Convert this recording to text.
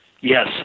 yes